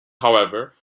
however